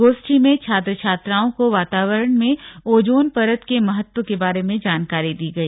गोष्ठी में छात्र छात्राओं को वातावरण में ओजोन परत के महत्व के बारे में जानकारी दी गई